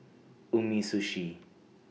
Umisushi